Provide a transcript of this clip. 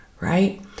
right